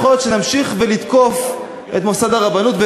להיות שנמשיך ונתקוף את מוסד הרבנות,